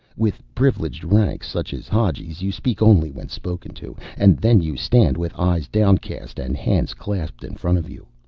with privileged ranks such as hadjis you speak only when spoken to, and then you stand with eyes downcast and hands clasped in front of you.